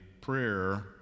prayer